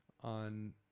on